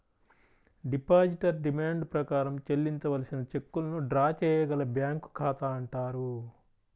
depositor demand ప్రకారం చెల్లించవలసిన చెక్కులను డ్రా చేయగల బ్యాంకు ఖాతా అంటారు